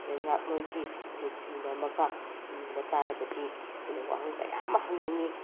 ꯂꯩꯉꯥꯛꯂꯣꯏꯒꯤ ꯂꯨꯆꯤꯡꯕ ꯑꯃꯒ ꯎꯅꯤꯡꯕ ꯇꯥꯔꯕꯗꯤ ꯑꯩꯅ ꯋꯥꯍꯪ ꯀꯌꯥ ꯑꯃ ꯍꯪꯅꯤꯡꯉꯤ